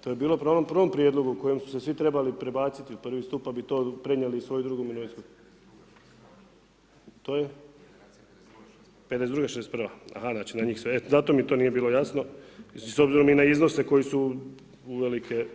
To je bilo prema onom prvom prijedlogu u kojem su se svi trebali prebaciti u prvi stup, pa bi to prenijeli u svoju drugu mirovinsku… to je 52, 61, aha, znači na njih se, e zato mi to nije bilo jasno, s obzirom i na iznose koji su uvelike